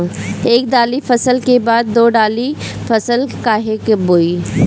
एक दाली फसल के बाद दो डाली फसल काहे बोई?